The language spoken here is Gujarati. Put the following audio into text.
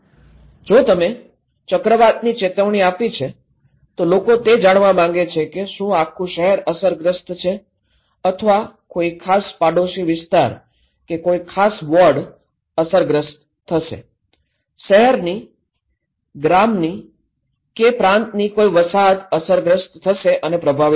જો તમે ચક્રવાતની ચેતવણી આપી છે તો લોકો તે જાણવા માગે છે કે શું આખું શહેર અસરગ્રસ્ત છે અથવા કોઈ ખાસ પડોશી વિસ્તાર કે કોઈ ખાસ વોર્ડ અસરગ્રસ્ત થશે શહેરની ગામની કે પ્રાંતની કોઈ વસાહત અસરગ્રસ્ત થશે અને પ્રભાવિત થશે